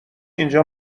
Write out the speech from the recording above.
اینجا